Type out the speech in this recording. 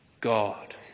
God